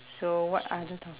so what other top~